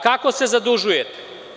Kako se zadužujete?